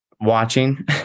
watching